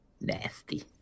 Nasty